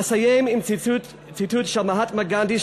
אסיים בציטוט של מהטמה גנדי,